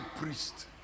priest